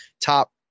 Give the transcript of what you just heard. top